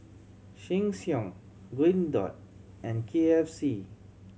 Sheng Siong Green Dot and K F C